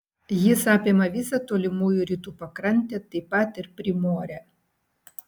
jis apima visą tolimųjų rytų pakrantę taip pat ir primorę